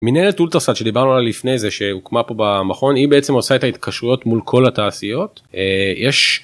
מנהלת אולטרסאד שדיברנו עליה לפני זה שהוקמה פה במכון היא בעצם עושה את ההתקשרויות מול כל התעשיות. אה, יש...